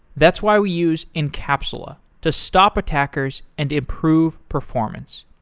that's why we use encapsula to stop attackers and improve performance.